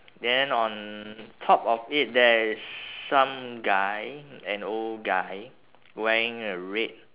then on top of it there's some guy an old guy wearing a red